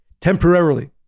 temporarily